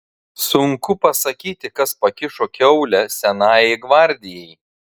sunku pasakyti kas pakišo kiaulę senajai gvardijai